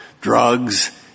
drugs